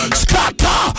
scatter